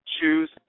Choose